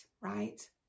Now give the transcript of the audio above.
right